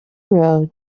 road